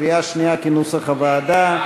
כנוסח הוועדה.